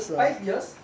five years